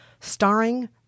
starring